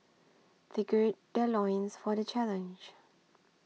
they gird their loins for the challenge